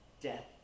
death